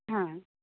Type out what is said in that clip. হ্যাঁ